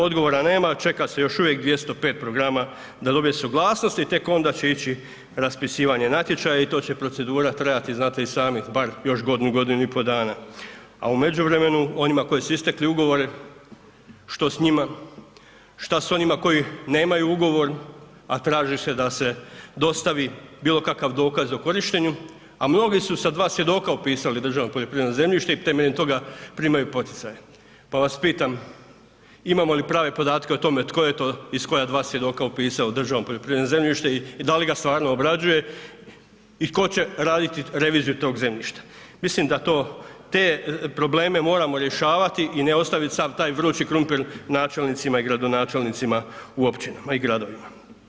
Odgovora nema, čeka se još uvijek 205 programa da dobije suglasnost i tek onda će ići raspisivanje natječaja i to će procedura trajati znate i sami bar još godinu, godinu i po dana, a u međuvremenu onima kojima su istekli ugovori, što s njima, šta s onima koji nemaju ugovor, a traži se da se dostavi bilo kakav dokaz o korištenju, a mnogi su sa dva svjedoka upisali državno poljoprivredno zemljište i temeljem toga primaju poticaje, pa vas pitam imamo li prave podatke o tome tko je to i s koja dva svjedoka upisao u državno poljoprivredno zemljište i da li ga stvarno obrađuje i tko će raditi reviziju tog zemljišta, mislim da to, te probleme moramo rješavati i ne ostaviti sav taj vrući krumpir načelnicima i gradonačelnicima u općinama i gradovima.